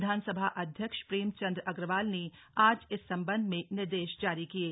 विधानसभा अध्यक्ष प्रेमचंद अग्रवाल ने आज इस संबंध में निर्देश जारी किये